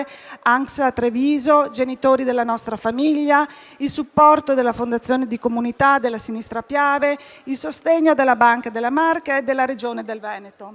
ANGSA Treviso, Genitori «La nostra famiglia», il supporto della Fondazione di comunità della Sinistra Piave, il sostegno della Banca della Marca e della Regione Veneto.